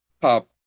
pop